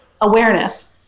awareness